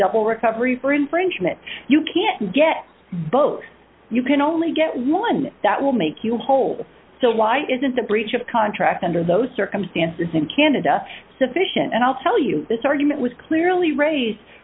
double recovery for infringement you can't get both you can only get one that will make you whole so why isn't a breach of contract under those circumstances in canada sufficient and i'll tell you this argument was clearly raise